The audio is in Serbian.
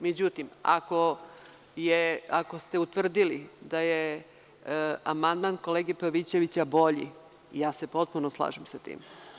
Međutim, ako ste utvrdili da je amandman kolege Pavićevića bolji, ja se potpuno slažem sa tim.